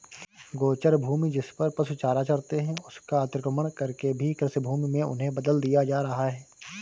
गोचर भूमि, जिसपर पशु चारा चरते हैं, उसका अतिक्रमण करके भी कृषिभूमि में उन्हें बदल दिया जा रहा है